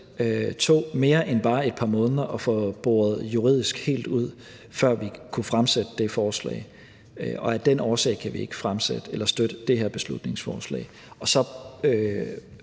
tog mere end bare et par måneder at få boret juridisk helt ud, før vi kunne fremsætte det forslag, og af den årsag kan vi ikke støtte det her beslutningsforslag. Så